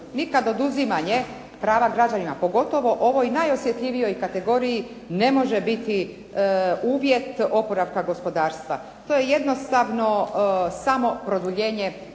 Nikad oduzimanje prava građanina pogotovo ovoj najosjetljivijoj kategoriji ne može biti uvjet oporavka gospodarstva. To je jednostavno samo produljenje